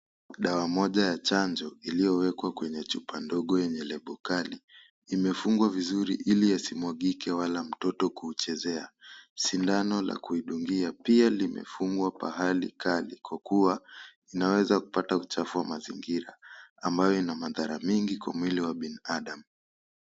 Dawa moja ya chanjo ilyowekwa kwenye chupa ndogo yenye lebo kali. Imefungwa vizuri ili yasimwagike wala mtoto kuchezea. Sindano la kulidungia pia limefungwa pahali kali kwa kuwa inaweza kupata uchafu wa mazingira ambayo ina madhara mengi kwa mwili wa binadamu.